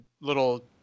little